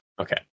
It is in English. Okay